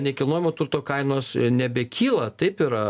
nekilnojamo turto kainos nebekyla taip yra